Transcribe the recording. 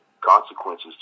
consequences